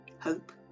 hope